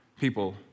people